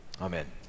Amen